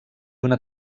una